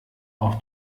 auf